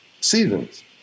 seasons